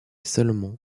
seulement